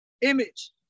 image